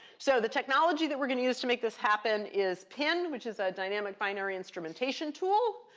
so the technology that we're going to use to make this happen is pin, which is a dynamic binary instrumentation tool,